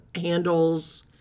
handles